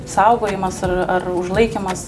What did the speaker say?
saugojimas ar ar užlaikymas